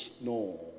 No